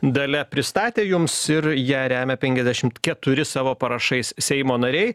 dalia pristatė jums ir ją remia penkiasdešimt keturi savo parašais seimo nariai